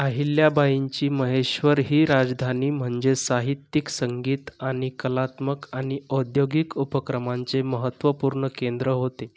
अहिल्याबाईंची महेश्वर ही राजधानी म्हणजे साहित्यिक संगीत आणि कलात्मक आणि औद्योगिक उपक्रमांचे महत्त्वपूर्ण केंद्र होते